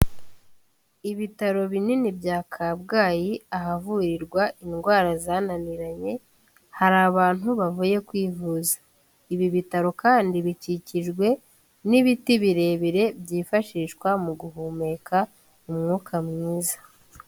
Ibitaro binini bya Kabgayi ahavurirwa indwara zananiranye, hari abantu bavuye kwivuza, ibi bitaro kandi bikikijwe n'ibiti birebire byifashishwa mu guhumeka umwuka mwiza.